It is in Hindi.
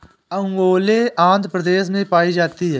ओंगोले आंध्र प्रदेश में पाई जाती है